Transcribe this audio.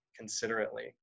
Considerately